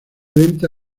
lenta